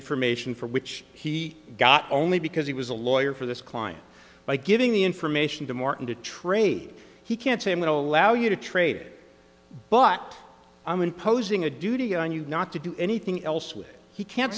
information for which he got only because he was a lawyer for this client by giving the information to martin to trade he can't say i'm not allow you to trade but i'm imposing a duty on you not to do anything else which he can't